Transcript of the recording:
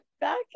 back